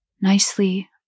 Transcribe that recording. Nicely